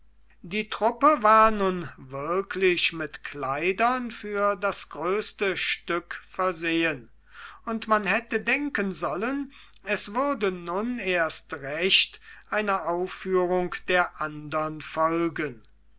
die truppe war nun wirklich mit kleidern für das größte stück versehen und man hätte denken sollen es würde nun erst recht eine aufführung der andern folgen